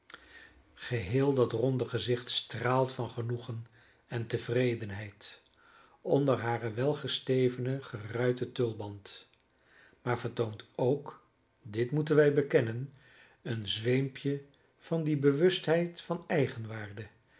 geheel dat ronde gezicht straalt van genoegen en tevredenheid onder haren welgesteven geruiten tulband maar vertoont ook dit moeten wij bekennen een zweempje van die bewustheid van eigenwaarde